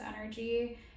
energy